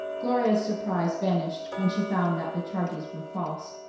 gloria's surprise vanished when she found that the charges were false.